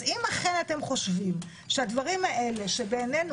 אז אם אכן אתם חושבים שהדברים האלה שבעינינו